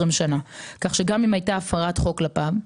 שנים כך שגם אם הייתה הפרת חוק כלפיו,